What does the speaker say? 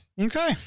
Okay